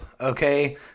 okay